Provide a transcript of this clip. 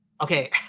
Okay